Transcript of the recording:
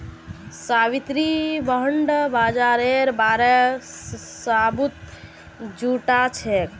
Savitri bond बाजारेर बारे सबूत जुटाछेक